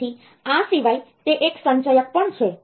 તેથી આ સિવાય તે એક સંચયક પણ છે